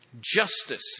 Justice